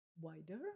wider